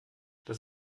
das